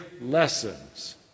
lessons